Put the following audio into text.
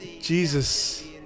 Jesus